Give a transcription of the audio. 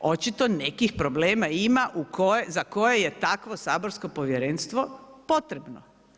Očito nekih problema ima za koje takvo saborsko povjerenstvo potrebno.